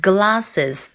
Glasses